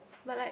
but like